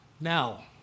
Now